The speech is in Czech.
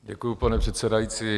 Děkuji, pane předsedající.